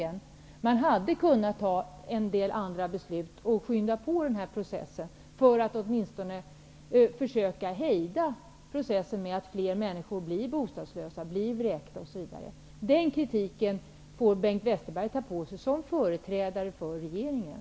Regeringen hade kunnat fatta en del andra beslut för att skynda på denna process för att åtminstone försöka hejda processen med att fler människor blir bostadslösa, vräkta, osv. Den kritiken får Bengt Westerberg ta på sig som företrädare för regeringen.